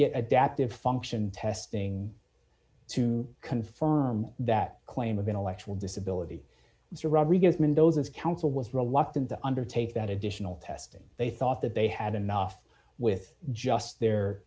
get adaptive function testing to confirm that claim of intellectual disability or rodriguez mendoza's counsel was reluctant to undertake that additional test they thought that they had enough with just their